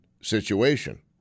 situation